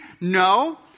no